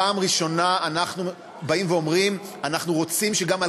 פעם ראשונה אנחנו באים ואומרים: אנחנו רוצים שגם על